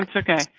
um okay.